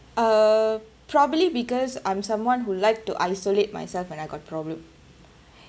uh probably because I'm someone who like to isolate myself when I got problem